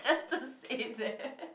just don't say that